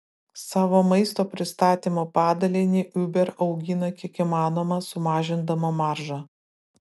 savo maisto pristatymo padalinį uber augina kiek įmanoma sumažindama maržą